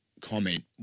comment